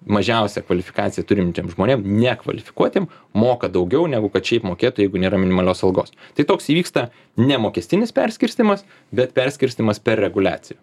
mažiausią kvalifikaciją turintiem žmonėm nekvalifikuotiem moka daugiau negu kad šiaip mokėtų jeigu nėra minimalios algos tai toks įvyksta ne mokestinis perskirstymas bet perskirstymas per reguliaciją